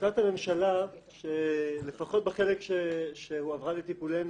החלטת הממשלה, לפחות החלק שהועבר לטיפולנו